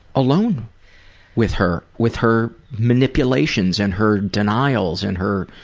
alone with her, with her manipulations and her denials and her,